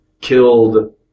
killed